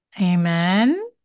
amen